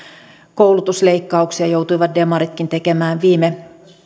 koulutusleikkauksia joutuivat demaritkin tekemään viime